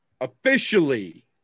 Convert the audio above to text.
officially